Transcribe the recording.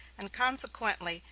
and, consequently,